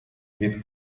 від